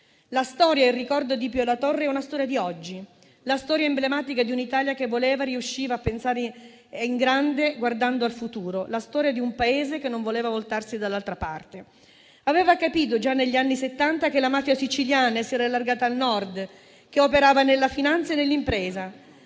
La storia e il ricordo di Pio La Torre è una storia di oggi: la storia emblematica di un'Italia che voleva e riusciva a pensare in grande, guardando al futuro; la storia di un Paese che non voleva voltarsi dall'altra parte. Aveva capito già negli anni Settanta che la mafia siciliana si era allargata al Nord, che operava nella finanza e nell'impresa.